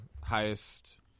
highest